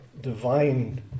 divine